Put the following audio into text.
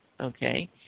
Okay